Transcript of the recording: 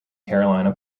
carolina